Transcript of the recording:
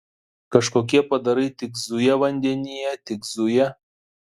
kažkokie padarai tik zuja vandenyje tik zuja